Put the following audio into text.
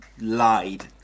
lied